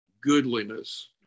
goodliness